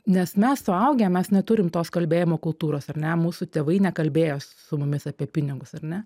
nes mes suaugę mes neturim tos kalbėjimo kultūros ar ne mūsų tėvai nekalbėjo su mumis apie pinigus ar ne